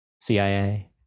CIA